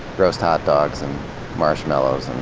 roast hot dogs and marshmallows and